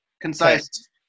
concise